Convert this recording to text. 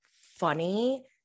funny